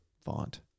font